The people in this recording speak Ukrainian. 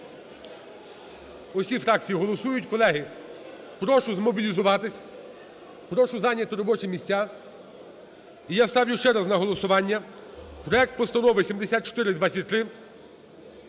Усі фракції голосують. Колеги, прошу змобілізуватись, прошу зайняти робочі місця. І я ставлю ще раз на голосування проект Постанови 7423